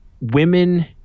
women